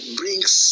brings